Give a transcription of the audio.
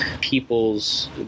people's